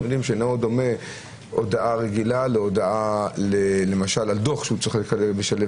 אני יודעים שלא דומה הודעה רגילה למשל לדוח שצריך לשלם.